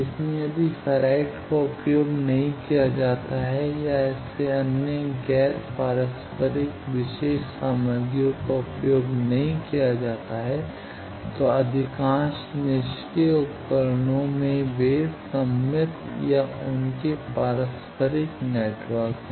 इसलिए यदि फेराइट का उपयोग नहीं किया जाता है या ऐसे अन्य गैर पारस्परिक विशेष सामग्रियों का उपयोग नहीं किया जाता है तो अधिकांश निष्क्रिय उपकरणों में वे सममित या उनके पारस्परिक नेटवर्क हैं